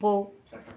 போ